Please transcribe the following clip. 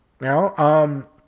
Now